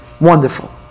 Wonderful